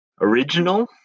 original